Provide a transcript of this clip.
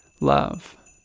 love